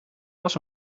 was